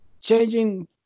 changing